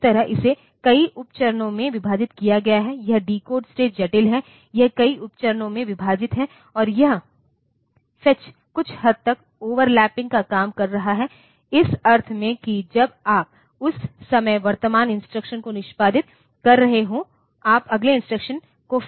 इस तरह इसे कई उप चरणों में विभाजित किया गया है यह डिकोड स्टेज जटिल है यह कई उप चरणों में विभाजित है और यह फेच कुछ हद तक ओवरलैपिंग का काम कर रहा है इस अर्थ में कि जब आप उस समय वर्तमान इंस्ट्रक्शन को निष्पादित कर रहे हों आप अगले इंस्ट्रक्शन को फेच कर सकते हैं